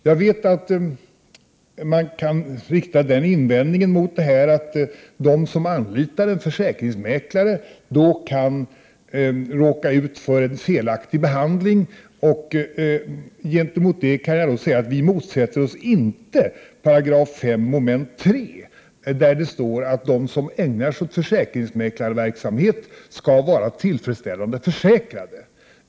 Jag vet att man kan rikta invändningen att de som anlitar en försäkrings mäklare kan råka ut för en felaktig behandling. Gentemot detta kan jag säga att vi motsätter oss inte 5 §, mom. 3. Där står det att de som ägnar sig åt försäkringsmäklarverksamhet skall vara tillfredsställande försäkrade.